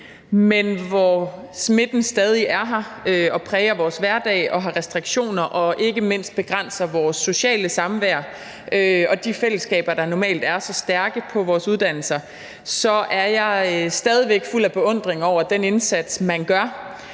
men hvor smitten stadig er her og præger vores hverdag og har medført restriktioner og ikke mindst begrænser vores sociale samvær og de fællesskaber, der normalt er så stærke på vores uddannelser, er jeg stadig væk fuld af beundring over den indsats, man gør.